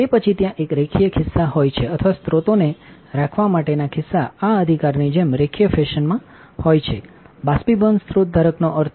તે પછી ત્યાં એક રેખીય ખિસ્સા હોય છે અથવાસ્રોતોને રાખવા માટેના ખિસ્સા આ અધિકારની જેમ રેખીય ફેશનમાં હોય છે જે બાષ્પીભવન સ્રોત ધારકનો અર્થ છે